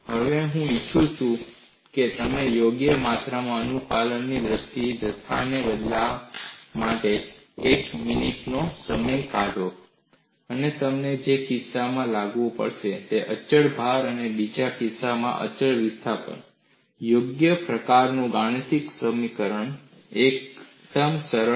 હવે હું ઇચ્છું છું કે તમે યોગ્ય માત્રામાં અનુપાલનની દ્રષ્ટિએ જથ્થાને બદલવામાં એક કે બે મિનિટનો સમય કાઢો અને તમારે એક કિસ્સામાં લાવવું પડશે અચળ ભાર બીજા કિસ્સામાં અચળ વિસ્થાપન યોગ્ય પ્રકારનું ગાણિતિક સરળીકરણ એકદમ સરળ